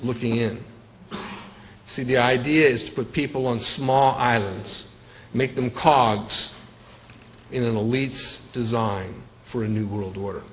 looking in see the idea is to put people on small islands make them cogs in the leads designed for a new world order